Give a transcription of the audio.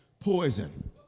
Poison